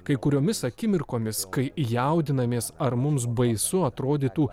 kai kuriomis akimirkomis kai jaudinamės ar mums baisu atrodytų